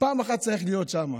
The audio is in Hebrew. פעם אחת צריך להיות שם,